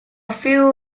few